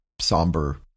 somber